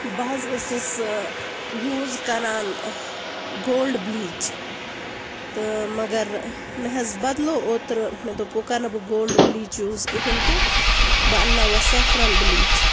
بہٕ حظ ٲسٕس یوٗز کران گولڈٕ بِلیٖچ تہٕ مگر مےٚ حظ بدٕلو اوٚتٕرٕ مےٚ دوٚپ بہٕ کرٕ نہٕ گولڈٕ بِلیٖچ یوٗز کِہیٖنۍ تہِ بہٕ اَنٛنہٕ ناو وٕ سٮ۪فران بِلیٖچ